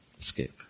Escape